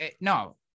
no